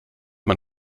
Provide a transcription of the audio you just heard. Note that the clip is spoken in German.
man